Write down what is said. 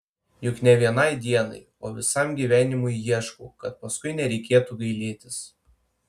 juk ne vienai dienai o visam gyvenimui ieškau kad paskui nereikėtų gailėtis